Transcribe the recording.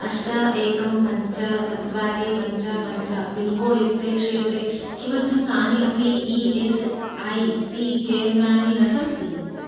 अष्ट एकम् पञ्च चत्वारि पञ्च पञ्च पिन् कोड् युक्ते क्षेत्रे किमर्थं कानि अपि ई एस् ऐ सी केन्द्राणि न सन्ति